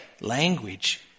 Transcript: language